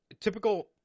typical